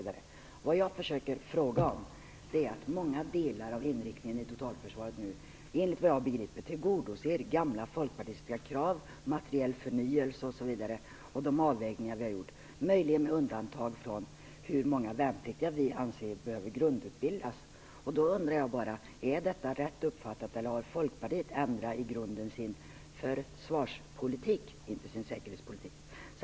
Det jag försöker fråga om har att göra med att många delar av inriktningen i totalförsvaret och de avvägningar vi har gjort, enligt vad jag har begripit nu tillgodoser gamla folkpartistiska krav, t.ex. materiell förnyelse - möjligen med undantag från hur många värnpliktiga vi anser behöver grundutbildas. Då undrar jag bara: Är detta rätt uppfattat, eller har Folkpartiet i grunden ändrat sin försvarspolitik, inte sin säkerhetspolitik?